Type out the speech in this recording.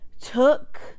took